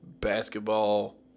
basketball